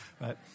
right